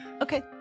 Okay